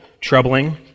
troubling